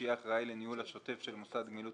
שיהיה אחראי לניהול השוטף של מוסד גמילות